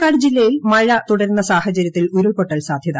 പാലക്കാട് ജില്ലയിൽ മഴ തുടരുന്ന സാഹചര്യത്തിൽ ഉരുൾപൊട്ടൽ ് സാധ്യത